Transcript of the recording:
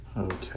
Okay